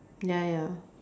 ya ya